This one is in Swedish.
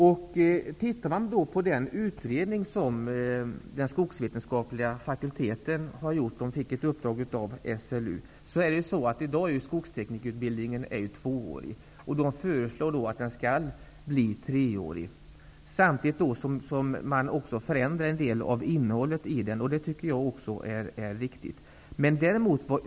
Om man studerar den utredning som den skogsvetenskapliga fakulteten har gjort på uppdrag av SLU kan man konstatera att en treårig skogsteknikerutbildning föreslås -- i dag är utbildningen tvåårig. Man föreslår också ändringar i en del av utbildningens innehåll, och det är bra.